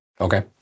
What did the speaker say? Okay